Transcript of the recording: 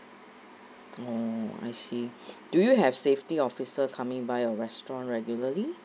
oh I see do you have safety officer coming by your restaurant regularly